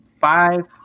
five